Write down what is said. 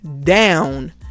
down